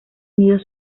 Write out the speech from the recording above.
nidos